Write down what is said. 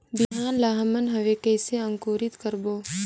बिहान ला हमन हवे कइसे अंकुरित करबो?